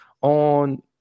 on